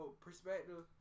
perspective